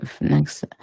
next